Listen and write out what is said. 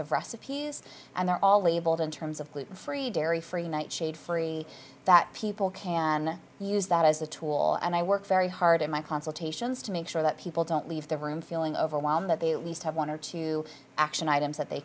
of recipes and they're all labeled in terms of gluten free dairy free night shade free that people can use that as a tool and i work very hard in my consultations to make sure that people don't leave the room feeling overwhelmed that they least have one or two action items that they